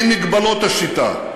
עם מגבלות השיטה,